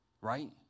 Right